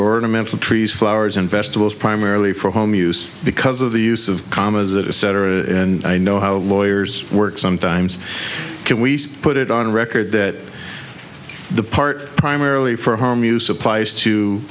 a mental trees flowers and vegetables primarily for home use because of the use of commas it is better and i know how lawyers work sometimes can we put it on record that the part primarily for home use applies to